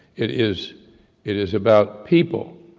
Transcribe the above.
it is it is about people.